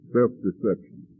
Self-deception